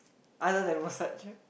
other than massage